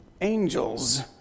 angels